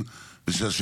צחי